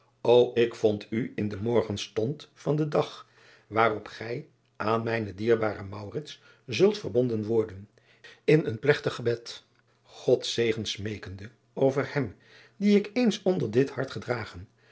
o ik vond u in den morgenstond van den dag waarop gij aan mijnen dierbaren zult verbonden worden in een plegrig gebed ods zegen smeekende over hem dien ik eens onder dit hart gedragen